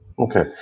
Okay